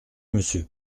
monsieur